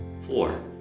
Four